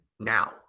Now